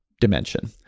dimension